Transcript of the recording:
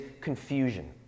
confusion